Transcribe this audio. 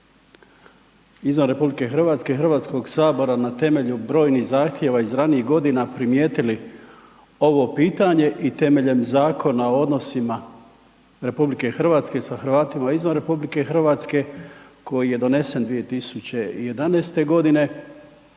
za Hrvate izvan RH Hrvatskog sabora na temelju brojnih zahtjeva iz ranijih godina primijetili ovo pitanje i temeljem Zakona o odnosima RH sa Hrvatima izvan RH koji je donesen 2011. godine